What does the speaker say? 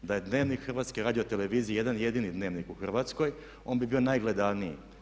Da je Dnevnik HRT-a jedan jedini Dnevnik u Hrvatskoj on bi bio najgledaniji.